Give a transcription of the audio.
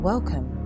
Welcome